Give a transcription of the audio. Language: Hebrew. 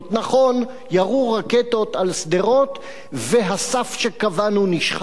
נכון, ירו רקטות על שדרות, והסף שקבענו נשחק,